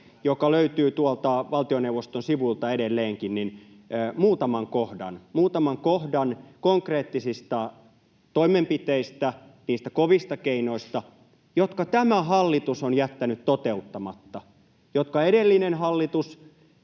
joka löytyy tuolta valtioneuvoston sivuilta edelleenkin, muutaman kohdan — muutaman kohdan konkreettisista toimenpiteistä, niistä kovista keinoista, jotka tämä hallitus on jättänyt toteuttamatta, jotka edellinen hallitus,